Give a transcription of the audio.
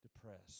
depressed